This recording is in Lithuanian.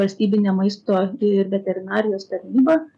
valstybinė maisto ir veterinarijos tarnyba